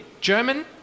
German